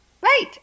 Right